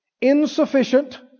insufficient